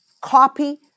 copy